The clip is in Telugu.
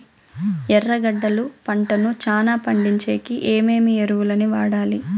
ఎర్రగడ్డలు పంటను చానా పండించేకి ఏమేమి ఎరువులని వాడాలి?